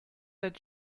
that